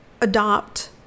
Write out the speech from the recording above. adopt